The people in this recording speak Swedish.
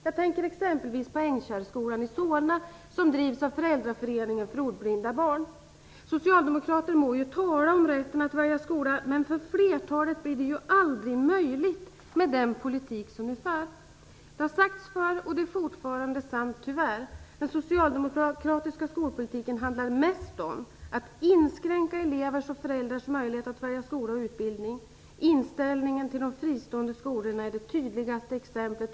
Jag tänker t.ex. på Ängkärrskolan i Solna, som drivs av Föräldraföreningen för ordblinda barn. Socialdemokraterna må tala om rätten att välja skola, men för flertalet blir det aldrig möjligt med den politik ni för. Det har sagts förr, och det är tyvärr fortfarande sant, att den socialdemokratiska skolpolitiken mest handlar om att inskränka elevers och föräldrars möjlighet att välja skola och utbildning. Inställningen till de fristående skolorna är det tydligaste exemplet.